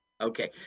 Okay